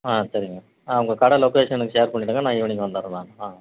ஆ சரிங்க ஆ உங்கள் கடை லொக்கேஷனு எனக்கு ஷேர் பண்ணிவிடுங்க நான் ஈவினிங் வந்தடுறேன் நான் ஆ